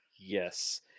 Yes